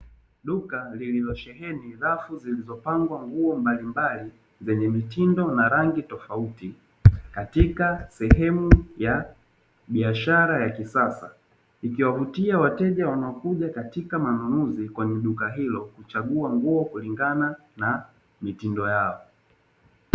Duka lililosheheni rafu zilizopangwa nguo mbalimbali zenye mitindo na rangi tofauti katika sehemu ya biashara ya kisasa, ikiwavutia wateja wanaokuja katika manunuzi kwenye duka hilo kuchagua nguo kulingana na mitindo yao.